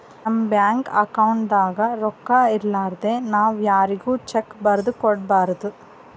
ನಮ್ ಬ್ಯಾಂಕ್ ಅಕೌಂಟ್ದಾಗ್ ರೊಕ್ಕಾ ಇರಲಾರ್ದೆ ನಾವ್ ಯಾರ್ಗು ಚೆಕ್ಕ್ ಬರದ್ ಕೊಡ್ಬಾರ್ದು